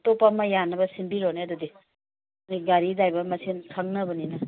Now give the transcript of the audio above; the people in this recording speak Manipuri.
ꯑꯇꯣꯞꯄ ꯑꯃ ꯌꯥꯅꯕ ꯁꯤꯟꯕꯤꯔꯣꯅꯦ ꯑꯗꯨꯗꯤ ꯅꯣꯏ ꯒꯥꯔꯤ ꯗ꯭ꯔꯥꯏꯕꯔ ꯃꯁꯦꯟ ꯈꯪꯅꯕꯅꯤꯅ